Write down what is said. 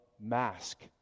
mask